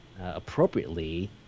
appropriately